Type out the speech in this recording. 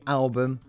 album